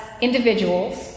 individuals